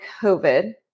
COVID